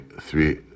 three